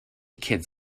kids